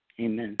Amen